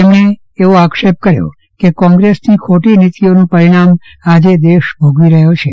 તેમણે એવો આક્ષેપ કર્યો કે કોંગ્રેસની ખોટી નીતિઓનું પરિણામ આજે દેશ ભોગવી રહ્યો છે